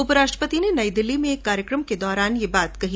उपराष्ट्रपति ने नई दिल्ली में एक कार्यक्रम के दौरान यह बात कही